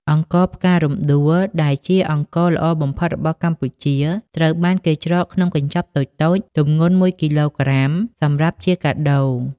អង្ករផ្ការំដួលដែលជាអង្ករល្អបំផុតរបស់កម្ពុជា ត្រូវបានគេច្រកក្នុងកញ្ចប់តូចៗទម្ងន់មួយគីឡូក្រាមសម្រាប់ជាកាដូ។